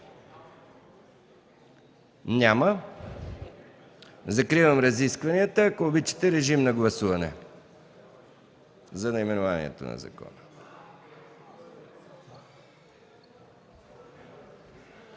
Няма. Закривам разискванията. Ако обичате, режим на гласуване за наименованието на закона.